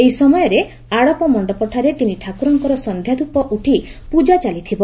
ଏହି ସମୟରେ ଆଡ଼ପ ମଣ୍ଡପଠାରେ ତିନିଠାକୁରଙ୍କର ସନ୍ଧ୍ୟାଧ୍ୟପ ଉଠି ପ୍ରଜା ଚାଲିଥିବ